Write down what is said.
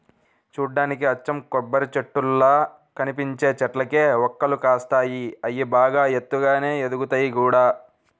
చూడ్డానికి అచ్చం కొబ్బరిచెట్టుల్లా కనిపించే చెట్లకే వక్కలు కాస్తాయి, అయ్యి బాగా ఎత్తుగానే ఎదుగుతయ్ గూడా